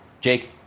Jake